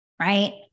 Right